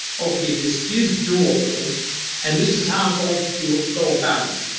okay, this is doable and this is how i'm going to to go about it.